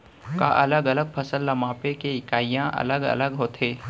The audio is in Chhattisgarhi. का अलग अलग फसल ला मापे के इकाइयां अलग अलग होथे?